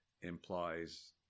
implies